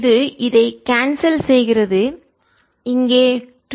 இது இதை கான்செல் செய்கிறது இங்கே 2